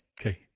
Okay